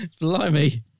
Blimey